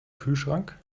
kühlschrank